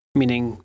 meaning